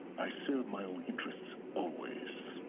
i serve my own interests, always